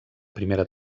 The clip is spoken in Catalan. primera